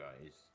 guys